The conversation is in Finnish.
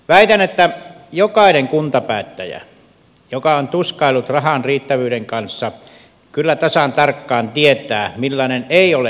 väitän että jokainen kuntapäättäjä joka on tuskaillut rahan riittävyyden kanssa kyllä tasan tarkkaan tietää millainen ei ole elinvoimainen kunta